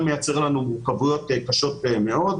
שזאת בדיקה יותר מורכבת שמחייבת מעבדה וכו',